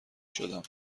شدم